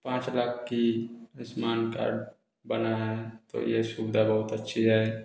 पाँच लाख की आयुष्मान कार्ड बना है तो यह सुविधा बहुत अच्छी है